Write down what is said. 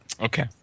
Okay